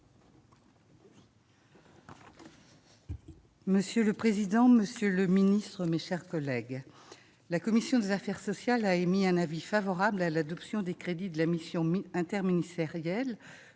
Monsieur le président, monsieur le ministre, mes chers collègues, la commission des affaires sociales a émis un avis favorable à l'adoption des crédits de la Mission interministérielle